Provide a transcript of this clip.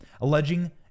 alleging